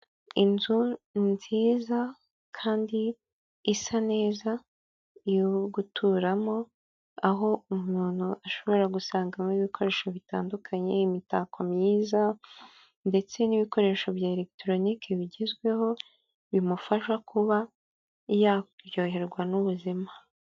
Inzu nziza kandi isa neza yo guturamo, aho umuntu ashobora gusangamo ibikoresho bitandukanye, imitako myiza ndetse n'ibikoresho bya elegitoroniki bigezweho, bimufasha kuba yaryoherwa n'ubuzima.